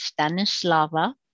Stanislava